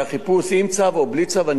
עם צו או בלי צו אני לא יודע.